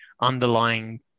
underlying